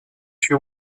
suis